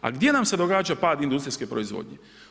A gdje nam se događa pad industrijske proizvodnje?